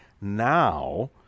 now